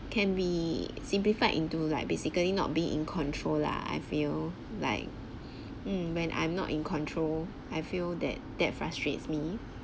can be simplified into like basically not be in control lah I feel like um when I'm not in control I feel that that frustrates me